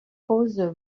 cause